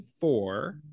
four